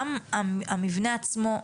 גם המבנה עצמו,